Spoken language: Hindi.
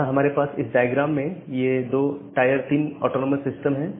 यहां हमारे पास इस डायग्राम में ये 2 टायर 3 ऑटोनॉमस सिस्टम है